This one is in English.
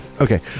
Okay